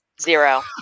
Zero